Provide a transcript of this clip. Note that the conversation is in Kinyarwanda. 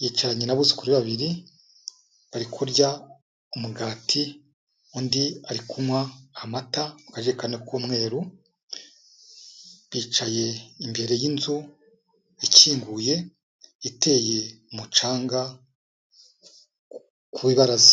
yicaranye n'abuzukuru be babiri, bari kurya umugati undi ari kunywa amata mu kajerekani k'umweru, bicaye imbere y'inzu ikinguye iteye umucanga ku ibaraza.